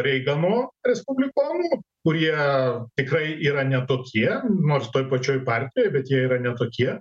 reigano respublikonų kurie tikrai yra ne tokie nors toj pačioj partijoj bet jie yra ne tokie